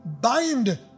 bind